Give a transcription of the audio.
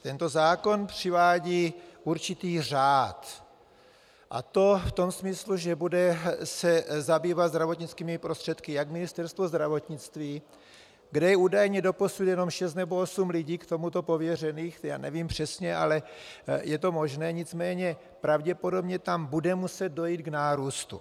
Tento zákon přivádí určitý řád, a to v tom smyslu, že se bude zabývat zdravotnickými prostředky jak Ministerstvo zdravotnictví, kde je údajně doposud šest nebo osm lidí k tomuto pověřených, nevím přesně, ale je to možné, nicméně pravděpodobně tam bude muset dojít k nárůstu.